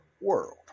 world